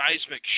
seismic